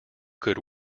good